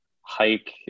hike